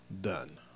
done